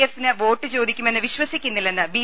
എഫിന് വോട്ട് ചോദിക്കു മെന്ന് വിശ്വ സിക്കു ന്നി ലെല്ല ന്ന് ബി